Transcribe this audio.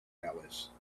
alice